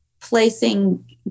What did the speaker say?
placing